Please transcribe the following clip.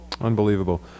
Unbelievable